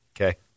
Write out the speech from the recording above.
Okay